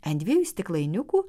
ant dviejų stiklainiukų